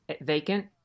vacant